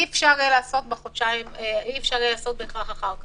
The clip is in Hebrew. אי אפשר יהיה לעשות אחר כך.